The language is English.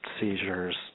seizures